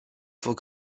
faut